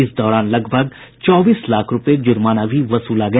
इस दौरान लगभग चौबीस लाख रूपये जुर्माना भी वसूला गया